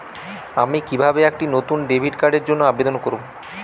আমি কিভাবে একটি নতুন ডেবিট কার্ডের জন্য আবেদন করব?